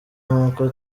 nkuko